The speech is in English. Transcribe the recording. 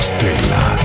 Stella